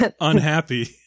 unhappy